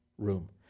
room